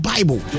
Bible